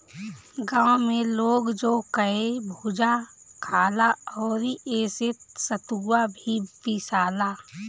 गांव में लोग जौ कअ भुजा खाला अउरी एसे सतुआ भी पिसाला